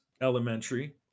elementary